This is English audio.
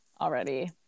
already